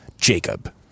Jacob